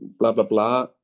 blah blah blah.